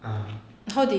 ah